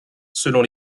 selon